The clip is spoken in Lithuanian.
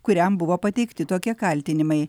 kuriam buvo pateikti tokie kaltinimai